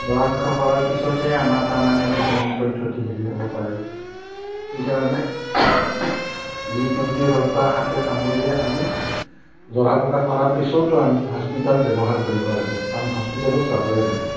জৰা ফুকা কৰাৰ পিছতহে আমাৰ তাৰ মানুহে কিছুমান পদ্ধতি হেৰি হ'ব পাৰে সেইকাৰণে জীৱ জন্তুৱে হওক বা সাপে কামোৰিলে আমি জৰা ফুকাৰ পিছতো আমি হস্পিটাল ব্যৱহাৰ কৰিব লাগে কাৰণ হস্পিটালত যাবই লাগে